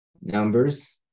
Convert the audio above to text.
Numbers